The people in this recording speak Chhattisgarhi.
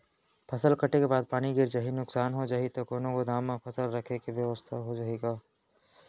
फसल कटे के बाद पानी गिर जाही, नुकसान हो जाही त कोनो गोदाम म फसल रखे के बेवस्था हो जाही का?